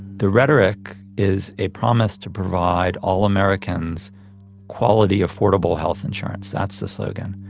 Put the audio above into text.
the rhetoric is a promise to provide all americans quality, affordable health insurance, that's the slogan.